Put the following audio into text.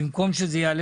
זה יעלה